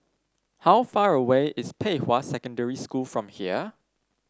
how far away is Pei Hwa Secondary School from here